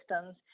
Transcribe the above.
systems